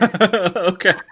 okay